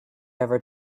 ever